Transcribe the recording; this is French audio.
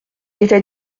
était